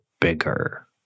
bigger